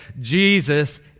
Jesus